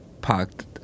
parked